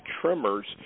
tremors